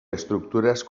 estructures